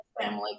family